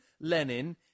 Lenin